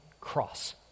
cross